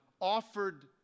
offered